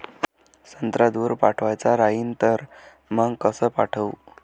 संत्रा दूर पाठवायचा राहिन तर मंग कस पाठवू?